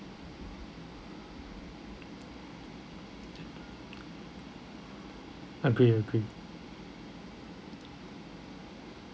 agree agree